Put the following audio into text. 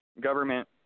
government